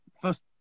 first